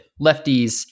lefties